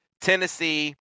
Tennessee